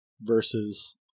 versus